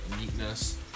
Neatness